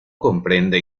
comprende